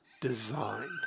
Design